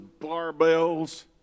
barbells